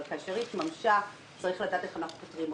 אבל כאשר התממשה צריך לדעת איך אנחנו פותרים אותה.